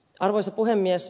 arvoisa puhemies